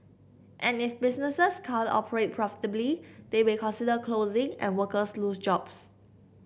and if businesses can't operate profitably they may consider closing and workers lose jobs